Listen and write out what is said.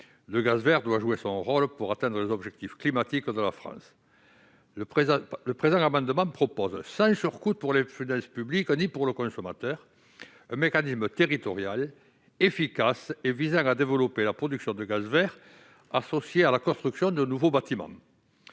Le gaz vert doit jouer son rôle pour atteindre les objectifs climatiques de la France. Le présent amendement a pour objet, sans surcoût pour les finances publiques ni pour le consommateur, un mécanisme territorial efficace visant à développer la production de gaz vert, en l'associant à la construction de nouveaux bâtiments.